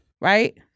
right